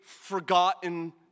forgotten